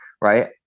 right